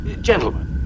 gentlemen